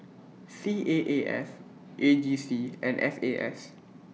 C A A S A G C and F A S